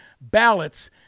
ballots